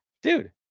dude